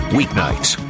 weeknights